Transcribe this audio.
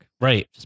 right